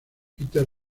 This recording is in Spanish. peter